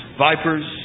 Vipers